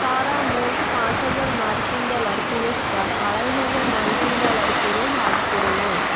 তারা মোট পাঁচ হাজার মার্কিন ডলার পুরস্কার আড়াই হাজার মার্কিন ডলার করে ভাগ করে নেয়